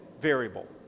variable